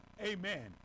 Amen